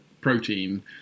protein